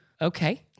okay